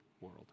world